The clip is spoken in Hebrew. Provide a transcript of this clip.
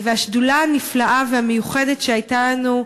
והשדולה הנפלאה והמיוחדת שהייתה לנו,